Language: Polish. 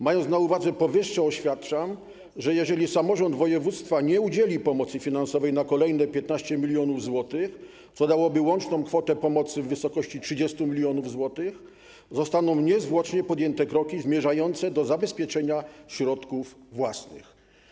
Mając na uwadze powyższe, oświadczam, że jeżeli samorząd województwa nie udzieli pomocy finansowej na kolejne 15 mln zł, co dałoby łączną kwotę pomocy w wysokości 30 mln zł, zostaną niezwłocznie podjęte kroki zmierzające do zabezpieczenia środków własnych.